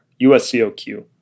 USCOQ